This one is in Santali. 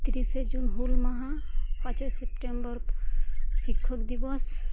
ᱛᱨᱤᱥᱮ ᱡᱩᱱ ᱦᱩᱞ ᱢᱟᱦᱟ ᱯᱟᱸᱪᱚᱭ ᱥᱮᱯᱴᱮᱢ ᱵᱚᱨ ᱥᱤᱠᱠᱷᱚᱠ ᱫᱤᱵᱚᱥ